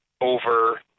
over